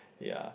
yeah